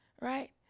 right